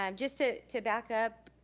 um just to to back up,